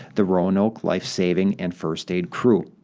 the roanoke life saving and first aid crew.